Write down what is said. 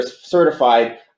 certified